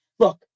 Look